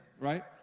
right